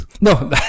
No